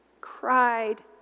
cried